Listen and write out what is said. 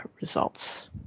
results